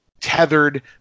tethered